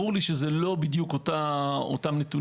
ברור לי שזה לא אותם נתונים.